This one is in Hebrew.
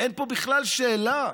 אין פה בכלל שאלה.